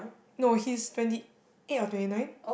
no he's twenty eight or twenty nine